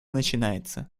начинается